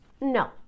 No